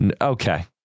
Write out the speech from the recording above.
Okay